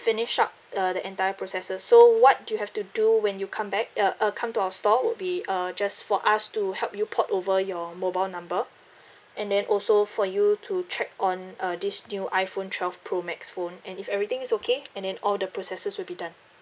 finish up uh the entire processes so what you have to do when you come back uh uh come to our store would be uh just for us to help you port over your mobile number and then also for you to check on uh this new iphone twelve pro max phone and if everything is okay and then all the processes will be done